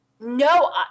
No